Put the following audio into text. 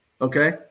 Okay